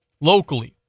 locally